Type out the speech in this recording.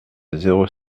zéro